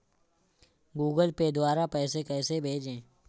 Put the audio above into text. Google Pay द्वारा पैसे कैसे भेजें?